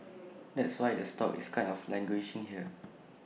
that's why the stock is kind of languishing here